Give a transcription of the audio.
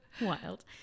Wild